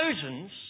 thousands